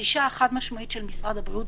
הדרישה החד-משמעית של משרד הבריאות.